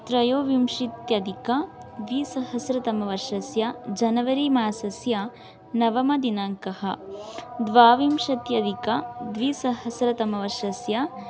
त्रयोविंशत्यधिकद्विसहस्रतमवर्षस्य जनवरी मासस्य नवमदिनाङ्कः द्वाविंशत्यधिकद्विसहस्रतमवर्षस्य